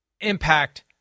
impact